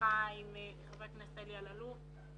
הרווחה עם חבר הכנסת אלי אלאלוף.